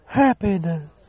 happiness